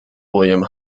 william